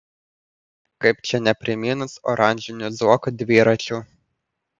kaip čia nepriminus oranžinių zuoko dviračių